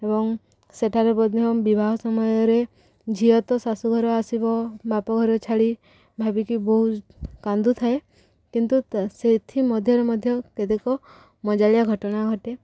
ଏବଂ ସେଠାରେ ମଧ୍ୟ ବିବାହ ସମୟରେ ଝିଅ ତ ଶାଶୁଘର ଆସିବ ବାପ ଘର ଛାଡ଼ି ଭାବିକି ବହୁତ କାନ୍ଦୁଥାଏ କିନ୍ତୁ ସେଥିମଧ୍ୟରେ ମଧ୍ୟ କେତେକ ମଜାଳିଆ ଘଟଣା ଘଟେ